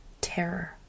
terror